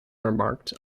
remarked